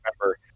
remember